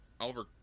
Oliver